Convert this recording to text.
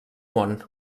món